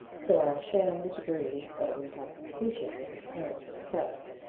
so i shammed a degree of intoxication with apparent success,